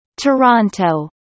Toronto